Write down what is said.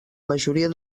majoria